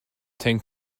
tank